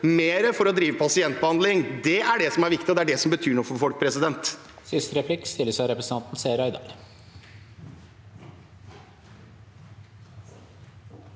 mer for å drive pasientbehandling. Det er det som er viktig, og det er det som betyr noe for folk. Seher